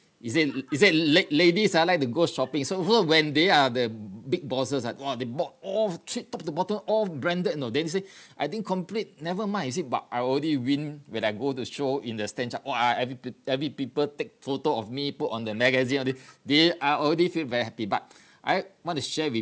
he say he say la~ ladies uh like to go shopping so so when they are the big bosses ah !wah! they bought all trade top to bottom all branded you know then they say I didn't complete never mind he said but I already win when I go to show in the stanchart !wah! every peo~ every people take photo of me put on the magazine all this they I already feel very happy but I want to share with